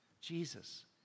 Jesus